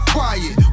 Quiet